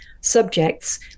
subjects